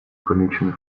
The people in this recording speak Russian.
помечены